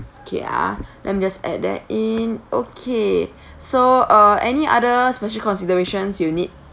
okay ah let me just add that in okay so uh any other special considerations you need